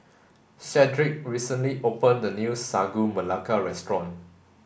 Shedrick recently opened a new Sagu Melaka restaurant